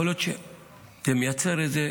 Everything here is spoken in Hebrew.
יכול להיות שזה מייצר איזו